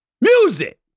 Music